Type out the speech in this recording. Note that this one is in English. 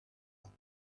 back